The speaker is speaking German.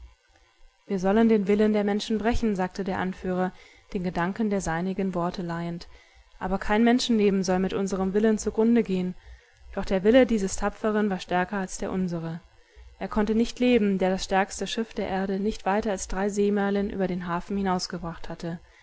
wir sollen den willen der menschen brechen sagte der anführer den gedanken der seinigen worte leihend aber kein menschenleben soll mit unserem willen zugrunde gehen doch der wille dieses tapfern war stärker als der unsere er konnte nicht leben der das stärkste schiff der erde nicht weiter als drei seemeilen über den hafen hinausgebracht hatte